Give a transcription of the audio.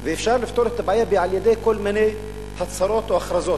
ואפשר לפתור את הבעיה על-ידי כל מיני הצהרות או הכרזות.